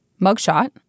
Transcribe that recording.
mugshot